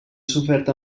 sofert